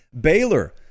Baylor